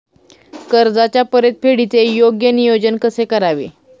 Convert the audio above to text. कर्जाच्या परतफेडीचे योग्य नियोजन कसे करावे?